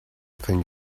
think